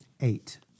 Eight